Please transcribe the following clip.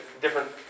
different